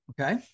Okay